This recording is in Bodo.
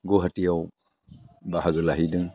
गुवाहाटियाव बाहागो लाहैदों